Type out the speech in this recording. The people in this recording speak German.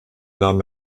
nahm